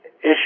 issue